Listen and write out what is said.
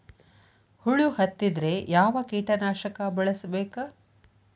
ಹುಳು ಹತ್ತಿದ್ರೆ ಯಾವ ಕೇಟನಾಶಕ ಬಳಸಬೇಕ?